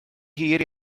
hir